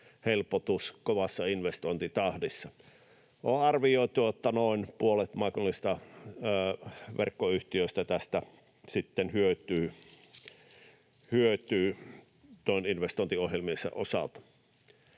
helpotus kovassa investointitahdissa. On arvioitu, että noin puolet maakunnallisista verkkoyhtiöistä hyötyy tästä investointiohjelmiensa osalta.